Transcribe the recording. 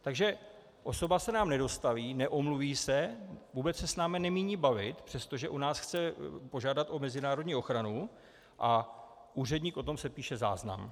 Takže osoba se nám nedostaví, neomluví se, vůbec se s námi nemíní bavit, přestože u nás chce požádat o mezinárodní ochranu, a úředník o tom sepíše záznam.